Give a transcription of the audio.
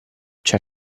c’è